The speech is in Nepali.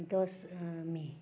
दस मे